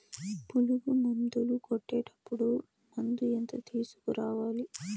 పులుగు మందులు కొట్టేటప్పుడు మందు ఎంత తీసుకురావాలి?